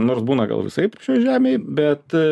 nors būna gal visaip šioj žemėj bet